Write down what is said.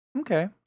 Okay